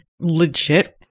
legit